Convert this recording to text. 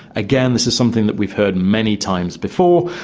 again, this is something that we've heard many times before,